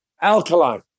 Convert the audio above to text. alkaline